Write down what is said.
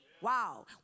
Wow